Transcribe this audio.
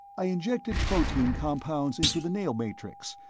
i injected protein compounds into the nail matrix,